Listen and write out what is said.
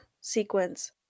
sequence